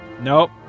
nope